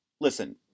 listen